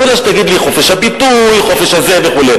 אני יודע שתגיד לי: חופש הביטוי, חופש הזה, וכו'.